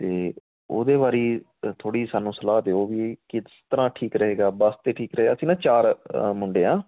ਅਤੇ ਉਹਦੇ ਬਾਰੇ ਥੋੜ੍ਹੀ ਸਾਨੂੰ ਸਲਾਹ ਦਿਓ ਵੀ ਕਿਸ ਤਰ੍ਹਾਂ ਠੀਕ ਰਹੇਗਾ ਬਸ 'ਤੇ ਠੀਕ ਰਹੇ ਅਸੀਂ ਨਾ ਚਾਰ ਮੁੰਡੇ ਹਾਂ